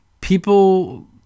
people